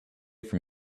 from